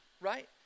right